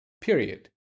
Period